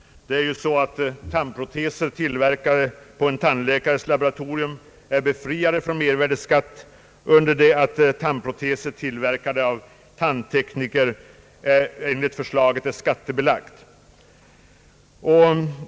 Det är ju så att tandproteser som tillverkas på tandläkarlaboratorium är befriade från skatt under det att tandproteser som tillverkas av tandtekniker blir beskattade.